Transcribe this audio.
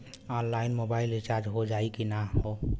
Online mobile recharge हो जाई की ना हो?